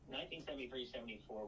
1973-74